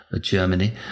Germany